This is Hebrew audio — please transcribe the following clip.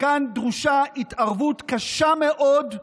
כאן דרושה התערבות קשה מאוד,